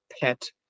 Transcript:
pet